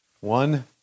one